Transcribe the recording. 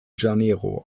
janeiro